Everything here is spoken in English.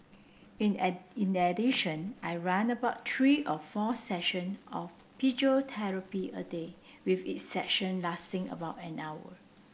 in a in addition I run about three or four session of physiotherapy a day with each session lasting about an hour